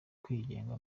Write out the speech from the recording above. kwigenga